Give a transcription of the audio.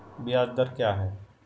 ब्याज दर क्या है?